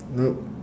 no